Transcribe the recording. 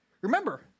Remember